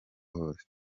hose